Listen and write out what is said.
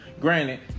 granted